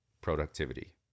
productivity